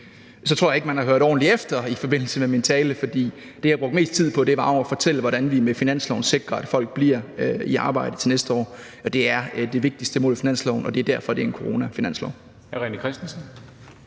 Så tror jeg ikke, man har hørt ordentligt efter i forbindelse med min tale, for det, jeg brugte mest tid på, var jo at fortælle, hvordan vi med finansloven sikrer, at folk bliver i arbejde til næste år. Det er det vigtigste mål i finansloven, og det er derfor, det er en coronafinanslov.